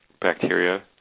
bacteria